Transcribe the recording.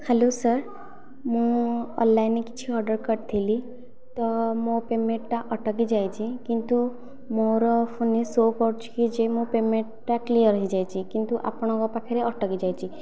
hello sir ମୁଁ ଅନଲାଇନ୍ରେ କିଛି ଅର୍ଡ଼ର କରିଥିଲି ତ ମୋ' ପେମେଣ୍ଟଟା ଅଟକିଯାଇଛି କିନ୍ତୁ ମୋର ଫୋନ୍ରେ ଶୋ କରୁଛି କି ଯେ ମୋ' ପେମେଣ୍ଟଟା କ୍ଲିୟର ହୋଇଯାଇଛି କିନ୍ତୁ ଆପଣଙ୍କ ପାଖରେ ଅଟକି ଯାଇଛି